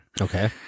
Okay